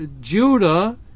Judah